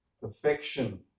perfection